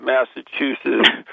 Massachusetts